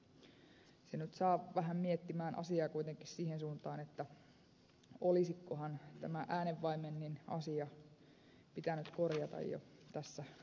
se nyt saa vähän miettimään asiaa kuitenkin siihen suuntaan että olisikohan äänenvaimenninasia pitänyt korjata jo tässä lainsäädännössä